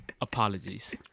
Apologies